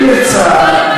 אם נרצח,